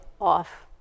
off